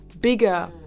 bigger